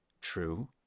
True